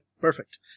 Perfect